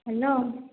hello